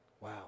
Wow